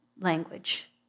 language